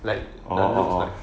like the looks like